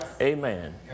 Amen